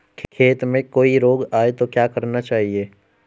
खेत में कोई रोग आये तो क्या करना चाहिए?